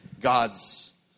God's